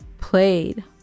played